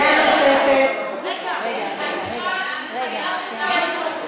דעה נוספת, רגע, אני חייבת שזה יעבור.